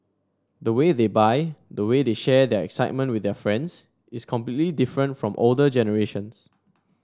the way they buy the way they share their excitement with their friends is completely different from older generations